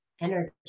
energy